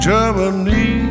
Germany